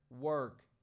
work